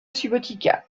subotica